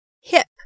hip